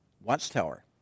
Watchtower